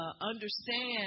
understand